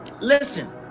listen